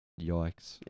Yikes